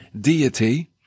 deity